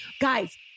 guys